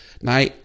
now